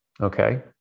Okay